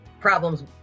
problems